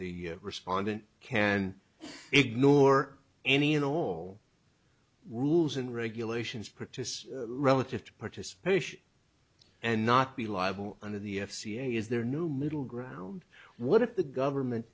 the respondent can ignore any and all rules and regulations protists relative to participation and not be liable under the f c a is there no middle ground what if the government